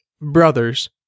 brothers